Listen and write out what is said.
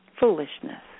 foolishness